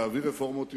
להעביר רפורמות יסודיות,